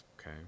okay